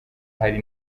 hari